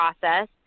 process